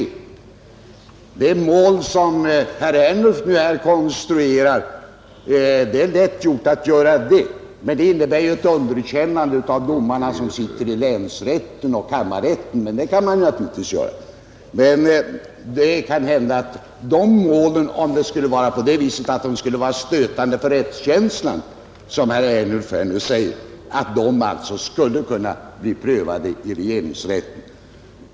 De mål som herr Ernulf konstruerade — det är lätt att göra det — innebär ett underkännande av de domare som sitter i länsrätt och kammarrätt. Det kan dock hända att de målen om det, som herr Ernulf säger, skulle vara stötande för rättskänslan om de inte kom till prövning i högsta instans skulle kunna bli prövade i regeringsrätten.